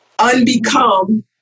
unbecome